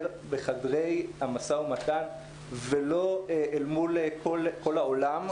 בחדרי המשא ומתן ולא אל מול כל העולם.